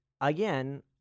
again